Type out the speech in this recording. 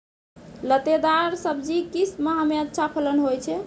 लतेदार दार सब्जी किस माह मे अच्छा फलन होय छै?